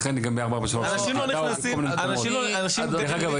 דרך אגב,